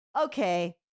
Okay